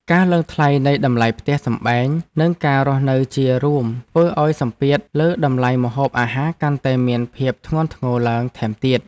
ការឡើងថ្លៃនៃតម្លៃផ្ទះសម្បែងនិងការរស់នៅជារួមធ្វើឱ្យសម្ពាធលើតម្លៃម្ហូបអាហារកាន់តែមានភាពធ្ងន់ធ្ងរឡើងថែមទៀត។